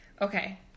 Okay